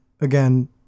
again